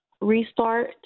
Restart